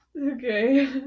Okay